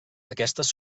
aquestes